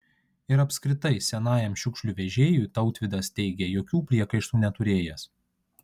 ir apskritai senajam šiukšlių vežėjui tautvydas teigė jokių priekaištų neturėjęs